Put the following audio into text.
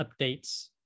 updates